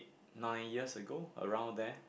nine years ago around there